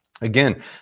Again